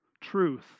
truth